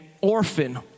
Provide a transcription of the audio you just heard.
orphan